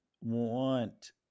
want